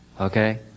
Okay